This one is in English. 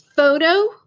Photo